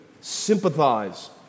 sympathize